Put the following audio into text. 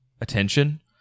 attention